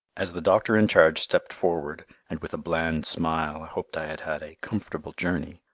as the doctor-in-charge stepped forward and with a bland smile hoped i had had a comfortable journey,